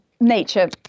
nature